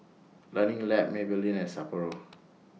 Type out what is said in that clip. Learning Lab Maybelline and Sapporo